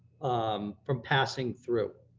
um from passing through,